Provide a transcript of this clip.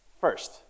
First